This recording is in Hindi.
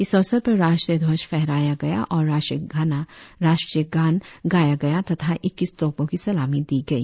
इस अवसर पर राष्ट्रीय ध्वज फहराया गया और राष्ट्रीय गान गाया गया तथा इक्कीस तोपों की सलामी दी गई